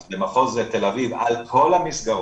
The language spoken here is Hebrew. אז במחוז תל אביב, על כל המסגרות,